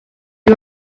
you